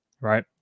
right